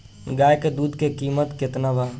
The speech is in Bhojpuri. गाय के दूध के कीमत केतना बा?